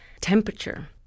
temperature